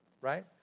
right